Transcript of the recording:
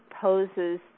poses